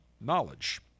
knowledge